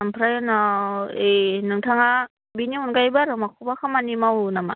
ओमफ्राय उनाव ओइ नोंथाङा बेनि अनगायैबो आरो माखौबा खामानि मावो नामा